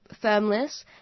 firmness